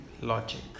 logic